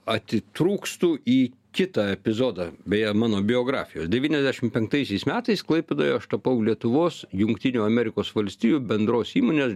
atitrūkstu į kitą epizodą beje mano biografijos devyniasdešim penktaisiais metais klaipėdoje aš tapau lietuvos jungtinių amerikos valstijų bendros įmonės